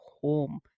home